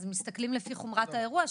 אז מסתכלים לפי חומרת האירוע.